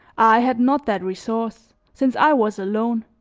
i had not that resource since i was alone